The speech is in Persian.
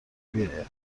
بیاد